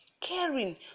caring